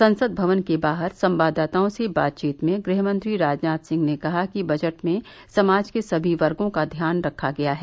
संसद भवन के बाहर सवाददाताओं से बातचीत में गृहमंत्री राजनाथ सिंह ने कहा कि दजट में समाज के सभी वर्गों का ध्यान रखा गया है